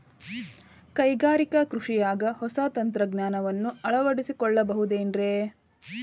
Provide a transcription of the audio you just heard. ಕೈಗಾರಿಕಾ ಕೃಷಿಯಾಗ ಹೊಸ ತಂತ್ರಜ್ಞಾನವನ್ನ ಅಳವಡಿಸಿಕೊಳ್ಳಬಹುದೇನ್ರೇ?